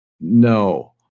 no